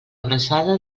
abraçada